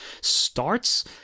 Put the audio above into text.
starts